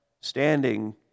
standing